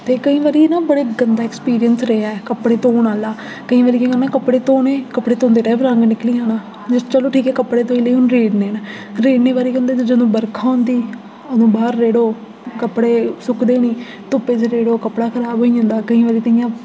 ते केईं बारी न बड़ा गंदा ऐक्सपिरियंस रेहा ऐ कपड़े धोन आह्ला केईं बारी केह् करना कपड़े धोने कपड़े धोंदे टाइम रंग निकली जाना कपड़े चलो ठीक ऐ कपड़े धोई ले हून रेड़ने न रेड़ने बारी केह् होंदा जदूं बरखा होंदी अदूं बाह्र रेड़ो कपड़े सुकदे निं धुप्प च रेड़ो कपड़ा खराब होई जंदा केईं बारी कि'यां